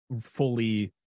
fully